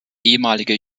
ehemalige